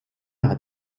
hat